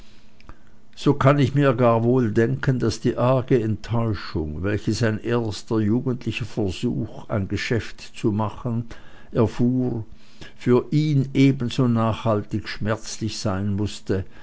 so kann ich mir gar wohl denken daß die arge enttäuschung welche sein erster jugendlicher versuch ein geschäft zu machen erfuhr für ihn ebenso nachhaltig schmerzlich sein mußte